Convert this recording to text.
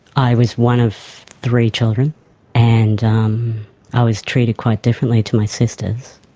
i was one of three children and um i was treated quite differently to my sisters.